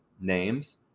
names